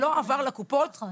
זה לא עבר לקופות.